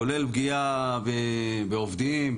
כולל פגיעה בעובדים,